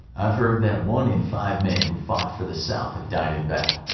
i have heard that one in five men who fight for the south have died in battle.